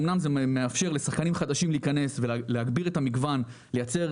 זה אמנם מאפשר לשחקנים חדשים להיכנס ולהגביר את המגוון ולייצר